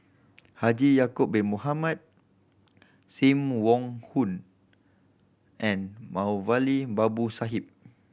Haji Ya'acob Bin Mohamed Sim Wong Hoo and Moulavi Babu Sahib